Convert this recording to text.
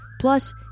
Plus